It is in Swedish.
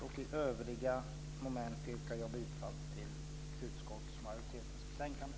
Under övriga moment yrkar jag bifall till utskottsmajoritetens förslag i betänkandet.